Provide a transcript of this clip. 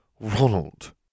Ronald